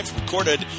recorded